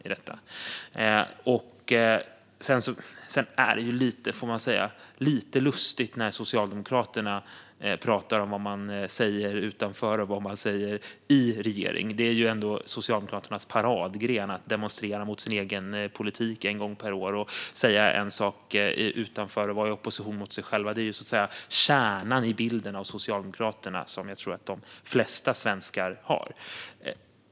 Man får dock säga att det är lite lustigt när Socialdemokraterna pratar om vad man säger utanför och vad man säger i regering. Det är ju ändå Socialdemokraternas paradgren att demonstrera mot sin egen politik en gång per år och säga en sak utanför och vara i opposition mot sig själva. Det är kärnan i den bild av Socialdemokraterna som jag tror att de flesta svenskar har. Herr talman!